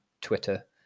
Twitter